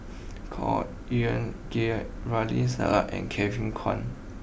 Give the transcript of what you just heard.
Khor Ean Ghee Ramli Sarip and Kevin Kwan